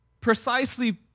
precisely